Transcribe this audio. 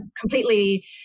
completely